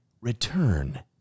Return